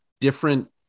different